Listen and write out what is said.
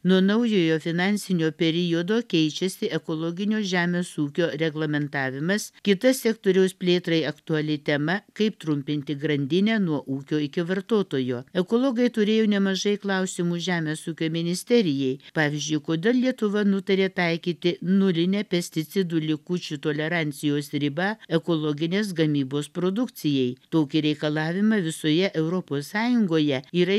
nuo naujojo finansinio periodo keičiasi ekologinio žemės ūkio reglamentavimas kita sektoriaus plėtrai aktuali tema kaip trumpinti grandinę nuo ūkio iki vartotojo ekologai turėjo nemažai klausimų žemės ūkio ministerijai pavyzdžiui kodėl lietuva nutarė taikyti nulinę pesticidų likučių tolerancijos ribą ekologinės gamybos produkcijai tokį reikalavimą visoje europos sąjungoje yra